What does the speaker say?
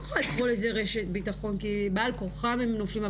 יכולה לקרוא לזה רשת ביטחון כי בעל כורחם הם נופלים,